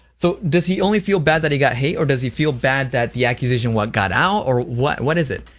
so does he only feel bad that he got hate or does he feel bad that the accusation got out or what? what is it?